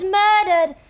murdered